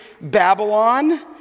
Babylon